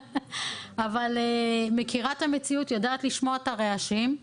אבל אני מכירה את המציאות ויודעת לשמוע את הרעשים.